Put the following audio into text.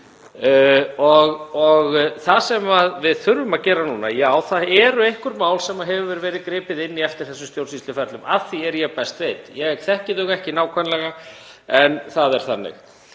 ég að meina í ráðuneytinu. Það eru einhver mál sem hefur verið gripið inn í eftir þessu stjórnsýsluferli að því er ég best veit. Ég þekki það ekki nákvæmlega en það er þannig.